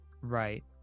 Right